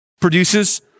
Produces